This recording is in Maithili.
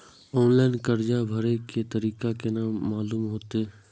ऑनलाइन कर्जा भरे के तारीख केना मालूम होते?